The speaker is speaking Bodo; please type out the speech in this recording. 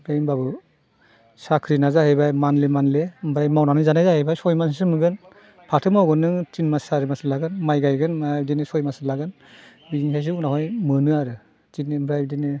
नाथाय होनबाबो साख्रिना जाहैबाय मान्थलि मान्थलि ओमफ्राय मावनानै जानाया जाहैबाय सय मासजों नुगोन फाथो मावगोन नोङो तिन मास सारि मास लागोन माइ गायगोन माइया बिदिनो सय मास लागोन बेनिफ्रायसो उनावहाय मोनो आरो थिगनो ओमफ्राय बिदिनो